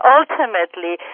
ultimately